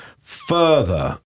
further